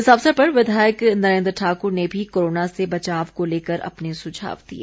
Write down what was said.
इस अवसर पर विधायक नरेन्द्र ठाकुर ने भी कोरोना से बचाव को लेकर अपने सुझाव दिए